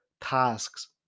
tasks